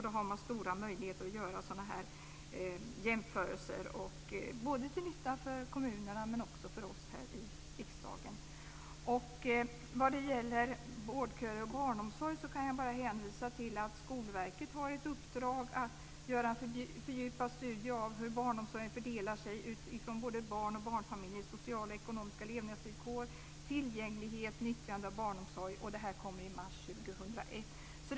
Då har man stora möjligheter att göra sådana här jämförelser både till nytta för kommunerna och för oss här i riksdagen. Vad gäller vårdköer och barnomsorg kan jag bara hänvisa till att Skolverket har ett uppdrag att göra fördjupade studier av hur barnomsorgen fördelar sig utifrån både barn och barnfamiljer, sociala och ekonomiska levnadsvillkor, tillgänglighet samt nyttjande av barnomsorg. Det här kommer i mars 2001.